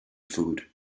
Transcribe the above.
food